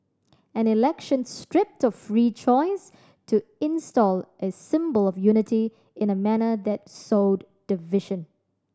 an election stripped of free choice to install a symbol of unity in a manner that sowed division